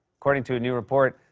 according to a new report,